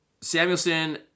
Samuelson